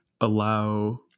allow